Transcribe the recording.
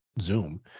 Zoom